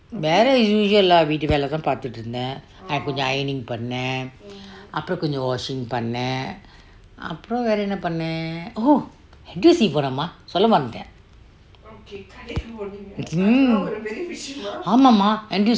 வேற:vera usual ah வீட்டுக்கு வேல பண்ணே கொஞ்சேம்:vittuu vela pannee konjem ironing ah அப்பெரும் கொஞ்சேம்:apperum konjem washing பண்ணே அப்பெரும் வேற என்ன பண்ணே:pannee apperum vera enna pannee oh N_T_U_C போனேன்:poonen mah ஆமா:amaa mah